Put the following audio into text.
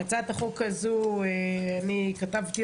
את הצעת החוק הזו אני כתבתי,